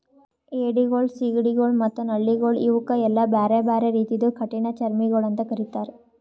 ಏಡಿಗೊಳ್, ಸೀಗಡಿಗೊಳ್ ಮತ್ತ ನಳ್ಳಿಗೊಳ್ ಇವುಕ್ ಎಲ್ಲಾ ಬ್ಯಾರೆ ಬ್ಯಾರೆ ರೀತಿದು ಕಠಿಣ ಚರ್ಮಿಗೊಳ್ ಅಂತ್ ಕರಿತ್ತಾರ್